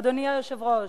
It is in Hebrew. אדוני היושב-ראש,